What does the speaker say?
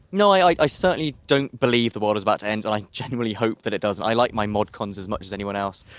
no, i i certainly don't believe the world is about to end. i genuinely hope that it doesn't. i like my mod cons as much as anyone else.